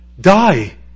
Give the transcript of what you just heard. die